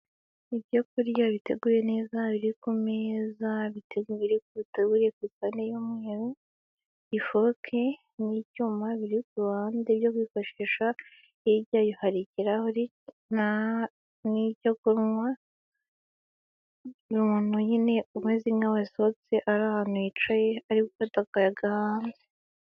Ibyo kurya biteguye neza biri ku meza, ibitego biri kuruta buri gusa n'umweru, ifoke n'icyuma biri ku ruhande byo bigoshisha hirya yaho hari ikirahuri n'icyo kunywa umuntu nyine umeze nk' wasohotse ari ahantu hicaye ari gufata akayaga hanze.